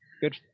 Good